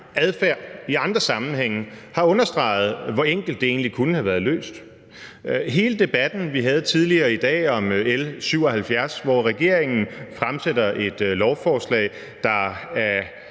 adfærd i andre sammenhænge har understreget, hvor enkelt det egentlig kunne have været løst. Hele debatten, vi havde tidligere i dag om L 77, hvor regeringen fremsætter et lovforslag, der i